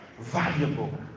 valuable